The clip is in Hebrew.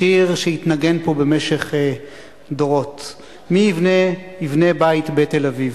שיר שהתנגן פה במשך דורות: "מי יבנה יבנה בית בתל-אביב.